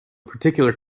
particular